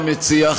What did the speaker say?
מה אתה מציע,